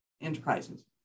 enterprises